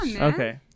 Okay